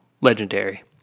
legendary